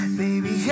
baby